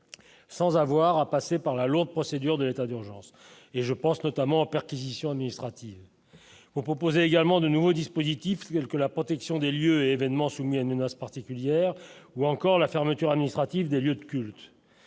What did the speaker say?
sans avoir à passer par là lors procédure de l'état d'urgence, et je pense notamment aux perquisitions administratives vous propose également de nouveaux dispositifs tels que la protection des lieux événements souligne menace particulière ou encore la fermeture administrative des lieux de culte